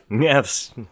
Yes